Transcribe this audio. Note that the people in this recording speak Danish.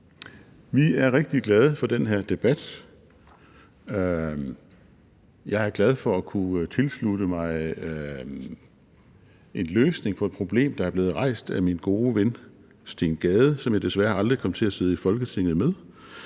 vi er rigtig glade for den her debat. Jeg er glad for at kunne tilslutte mig en løsning på et problem, der er blevet rejst af min gode ven Steen Gade, som jeg desværre aldrig kom til at sidde i Folketinget med.